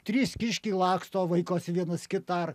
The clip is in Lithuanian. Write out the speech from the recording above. trys kiškiai laksto vaikosi vienas kitą ar